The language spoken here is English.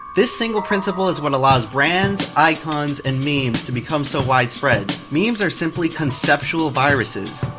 this single principle is what allows brands, icons and memes, to become so widespread. memes are simply conceptual viruses.